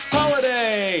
holiday